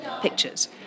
pictures